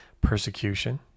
persecution